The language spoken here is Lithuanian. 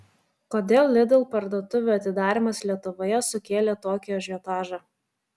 kodėl lidl parduotuvių atidarymas lietuvoje sukėlė tokį ažiotažą